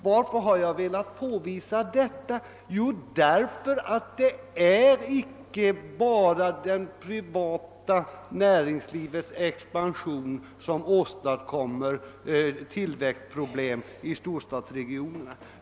Varför har jag velat påvisa detta? Jo, därför att det är icke bara det privata näringslivets expansion som åstadkommer tillväxtproblem i storstadsregionerna.